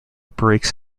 brakes